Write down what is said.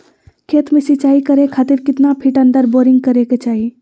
खेत में सिंचाई करे खातिर कितना फिट अंदर बोरिंग करे के चाही?